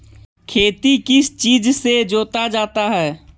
खेती किस चीज से जोता जाता है?